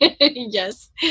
yes